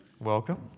Welcome